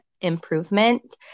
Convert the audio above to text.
improvement